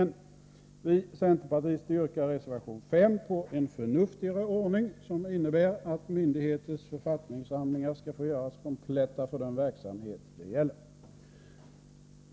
Vi centerpartister yrkari reservation 5 på en förnuftigare ordning som innebär att myndigheters författningssamlingar skall få göras kompletta för den verksamhet de gäller.